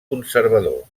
conservador